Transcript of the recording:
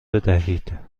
بدهید